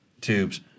Tubes